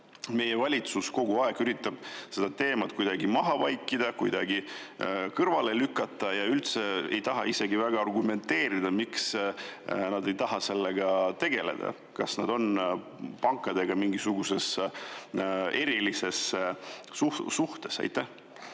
meie valitsus üritab kogu aeg seda teemat kuidagi maha vaikida, kõrvale lükata, ja ei taha isegi väga argumenteerida? Miks nad ei taha sellega tegeleda? Kas nad on pankadega mingisuguses erilises suhtes? Aitäh!